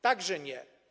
Także nie.